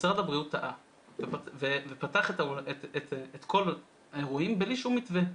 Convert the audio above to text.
משרד הבריאות טעה ופתח את כל האירועים בלי שום מתווה,